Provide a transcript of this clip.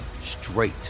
straight